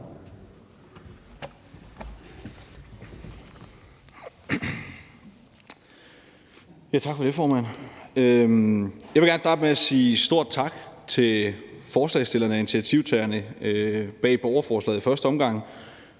Tak for det, formand. Jeg vil gerne starte med at sige stor tak til forslagsstillerne, initiativtagerne, bag borgerforslaget for